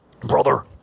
Brother